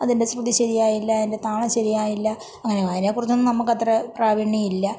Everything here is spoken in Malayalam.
അതിൻ്റെ ശ്രുതി ശരിയായില്ല അതിൻ്റെ താളം ശരിയായില്ല അങ്ങനെ അതിനെക്കുറിച്ചൊന്നും നമുക്കത്ര പ്രാവിണ്യം ഇല്ല